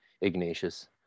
Ignatius